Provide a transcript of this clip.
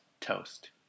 toast